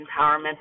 empowerment